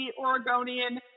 Oregonian